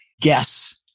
guess